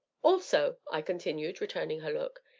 also, i continued, returning her look,